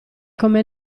come